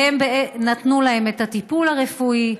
והם נתנו להם את הטיפול הרפואי,